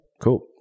Cool